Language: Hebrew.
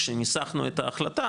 כשניסחנו את ההחלטה,